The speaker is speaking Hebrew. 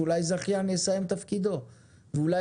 שאולי זכיין יסיים את תפקידו ואולי